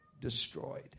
destroyed